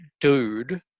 dude